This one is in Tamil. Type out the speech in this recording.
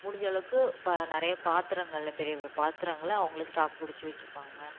முடிஞ்சளவுக்கு ப நிறைய பாத்திரங்களில் பெரிய பெரிய பாத்திரங்களை அவங்களே ஸ்டாக் பிடிச்சு வச்சிப்பாங்க